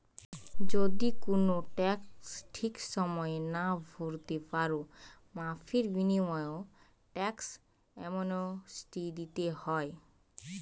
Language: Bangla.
যদি কুনো ট্যাক্স ঠিক সময়ে না ভোরতে পারো, মাফীর বিনিময়ও ট্যাক্স অ্যামনেস্টি দিতে হয়